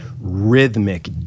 rhythmic